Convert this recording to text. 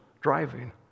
driving